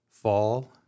fall